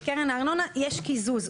בקרן הארנונה יש קיזוז,